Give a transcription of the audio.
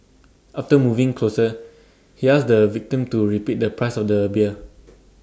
after moving closer he asked the victim to repeat the price of the beer